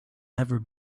never